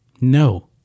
No